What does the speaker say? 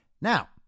Now